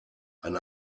ein